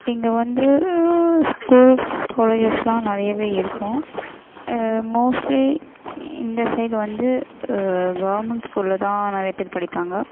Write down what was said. இங்கே வந்து ஸ்கூல்ஸ் காலெஜஸ்யெலாம் நிறையவே இருக்கும் மோஸ்ட்லி இந்த சைட் வந்து கவர்மெண்ட் ஸ்கூல்ல தான் நிறைய பேர் படிப்பாங்க